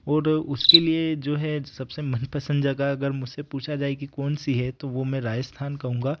और उसके लिए जो है सबसे मनपसंद जगह अगर मुझसे पूछा जाए कि कौन सी है तो वो मैं राजस्थान कहूँगा